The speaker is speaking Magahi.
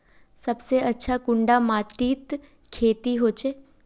सबसे अच्छा कुंडा माटित खेती होचे?